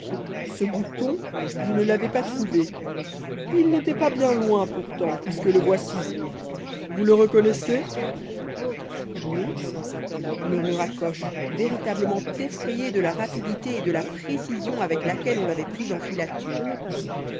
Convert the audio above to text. ce bouton vous ne l'avez pas trouvé il n'était pas bien loin pourtant puisque le voici vous le reconnaissez oui murmura coche véritablement effrayé de la rapidité et de la précision avec laquelle on l'avait pris en filature